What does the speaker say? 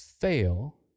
fail